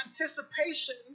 anticipation